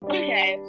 okay